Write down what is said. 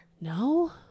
No